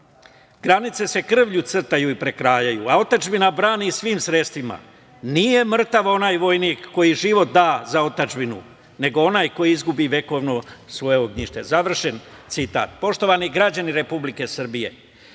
"Granice se krvlju crtaju i prekrajaju a otadžbina brani svim sredstvima. Nije mrtav onaj vojnik koji život da za otadžbinu, nego onaj koji izgubi vekovno svoje ognjište", završen